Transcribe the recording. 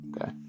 okay